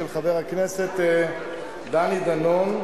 של חבר הכנסת דני דנון,